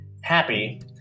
happy